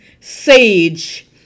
sage